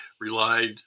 relied